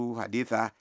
haditha